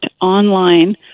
online